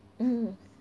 mm